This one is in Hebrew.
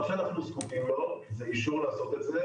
מה שאנחנו זקוקים לו זה אישור לעשות את זה,